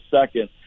second